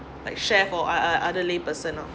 like chef or ot~ ot~ other layperson out